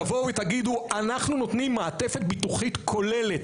תבואו ותגידו אנחנו נותנים מעטפת ביטוחית כוללת,